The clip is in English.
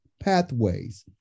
pathways